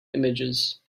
images